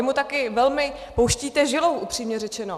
Vy mu také velmi pouštíte žilou, upřímně řečeno.